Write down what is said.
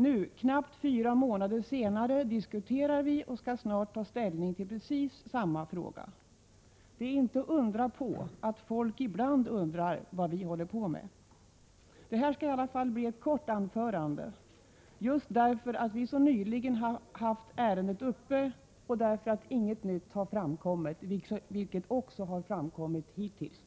Nu, knappt fyra månader senare, diskuterar vi och skall snart ta ställning till precis samma fråga. Det är inget att förvånas över att folk ibland undrar vad vi håller på med. Detta skall i alla fall bli ett kort anförande, just därför att vi så nyligen har haft ärendet uppe till diskussion och inget nytt har tillkommit, vilket också har framgått av debatten hittills.